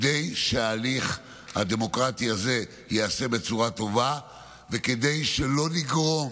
כדי שההליך הדמוקרטי הזה ייעשה בצורה טובה וכדי שלא נגרום